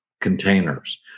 containers